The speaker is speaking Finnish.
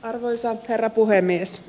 arvoisa herra puhemies